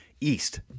east